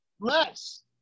Less